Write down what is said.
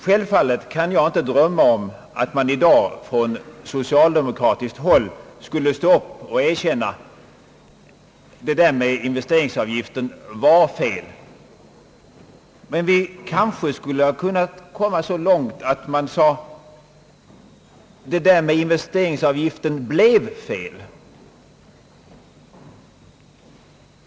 Självfallet kan jag inte drömma om att man i dag från socialdemokratiskt håll skulle stå upp och erkänna: Det där med investeringsavgiften var fel. Skulle vi inte ha kunnat få det så långt att de sade: Det där med investeringsavgiften blev fel.